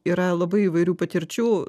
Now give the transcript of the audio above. yra labai įvairių patirčių